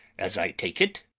as i take it.